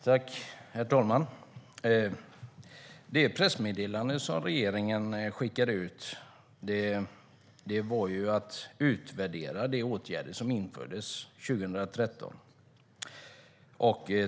Herr talman! Det pressmeddelande som regeringen skickade ut handlade om att utvärdera de åtgärder som infördes 2013.